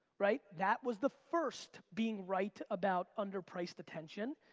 right? that was the first being right about under priced attention.